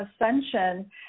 ascension